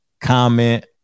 comment